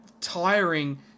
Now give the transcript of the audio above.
tiring